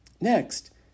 Next